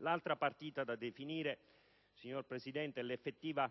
l'altra partita da definire è l'effettiva